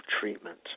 treatment